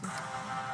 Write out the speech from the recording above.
פדגוגיים.